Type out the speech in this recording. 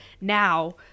now